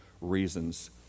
reasons